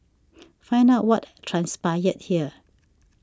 find out what transpired here